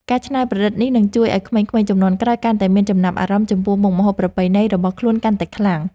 ការច្នៃប្រឌិតនេះនឹងជួយឱ្យក្មេងៗជំនាន់ក្រោយកាន់តែមានចំណាប់អារម្មណ៍ចំពោះមុខម្ហូបប្រពៃណីរបស់ខ្លួនកាន់តែខ្លាំង។